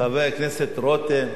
חבר הכנסת רותם,